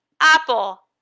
Apple